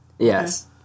Yes